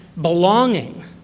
belonging